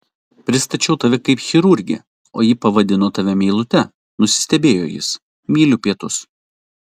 pristačiau tave kaip chirurgę o ji pavadino tave meilute nusistebėjo jis myliu pietus